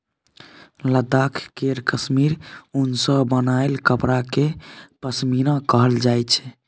लद्दाख केर काश्मीर उन सँ बनाएल कपड़ा केँ पश्मीना कहल जाइ छै